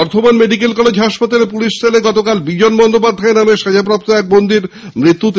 বর্ধমানে medical college হাসপাতালে police সেলে গতকাল বিজন বন্দ্যোপাধ্যায় নামে সাজাপ্রাপ্ত এক বন্দীর মৃত্যু হয়েছে